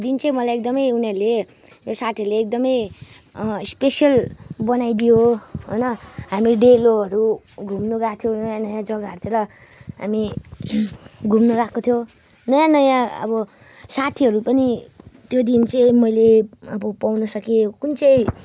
दिन चाहिँ मलाई एकदमै उनीहरूले साथीहरूले एकदमै स्पेसियल बनाइदियो होइन हामी डेलोहरू घुम्नु गएको थियौँ नयाँ नयाँ जग्गाहरूतिर हामी घुम्नु गएको थियौँ नयाँ नयाँ अब साथीहरू पनि त्यो दिन चाहिँ मैले अब पाउन सकेँ कुन चाहिँ